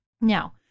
Now